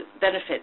benefits